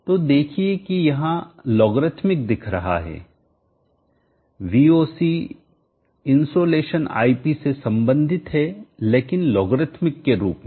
तो देखिए कि यहां लोगरिथमिक दिख रहा है Voc इनसोलेशन ip से संबंधित है लेकिन लोगरिथमिक के रूप में